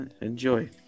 Enjoy